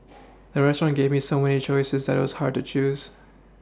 the restaurant gave me so many choices that it was hard to choose